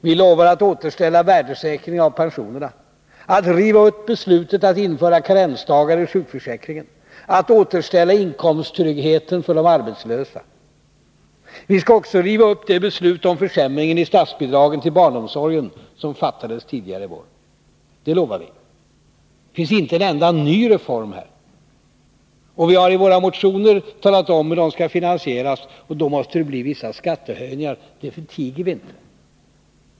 Vi lovar att återställa värdesäkringen av pensionerna, att riva upp beslutet om att införa karensdagar i sjukförsäkringen, att återställa inkomsttryggheten för de arbetslösa. Vi skall också riva upp det beslut om försämringen i statsbidragen till barnomsorgen som fattades tidigare i vår. Det lovar vi. Men det är inga nya reformer. Och vi har i våra motioner talat om hur det skall finansieras. Det måste då bli vissa skattehöjningar — det förtiger vi inte.